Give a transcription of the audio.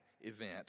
event